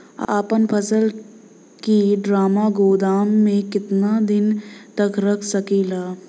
अपना फसल की ड्रामा गोदाम में कितना दिन तक रख सकीला?